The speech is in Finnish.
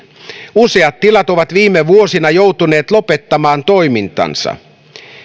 useat tilat ovat viime vuosina joutuneet lopettamaan toimintansa